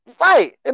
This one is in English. Right